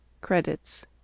Credits